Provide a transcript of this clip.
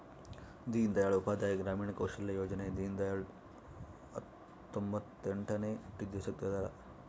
ದೀನ್ ದಯಾಳ್ ಉಪಾಧ್ಯಾಯ ಗ್ರಾಮೀಣ ಕೌಶಲ್ಯ ಯೋಜನೆ ದೀನ್ದಯಾಳ್ ರ ತೊಂಬೊತ್ತೆಂಟನೇ ಹುಟ್ಟಿದ ದಿವ್ಸಕ್ ತೆಗ್ದರ